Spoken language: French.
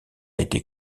été